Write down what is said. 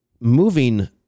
moving